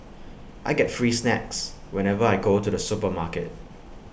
I get free snacks whenever I go to the supermarket